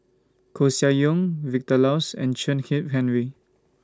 Koeh Sia Yong Vilma Laus and Chen Kezhan Henri